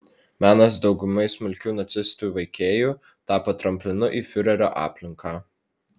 menas daugumai smulkių nacistų veikėjų tapo tramplinu į fiurerio aplinką